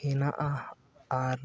ᱦᱮᱱᱟᱜᱼᱟ ᱟᱨ